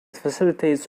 facilitates